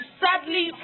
sadly